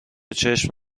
چشم